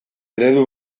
eredu